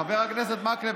חבר הכנסת מקלב,